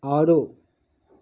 ఆరు